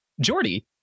Jordy